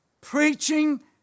preaching